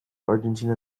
argentina